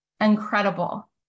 Incredible